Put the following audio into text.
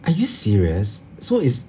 are you serious so is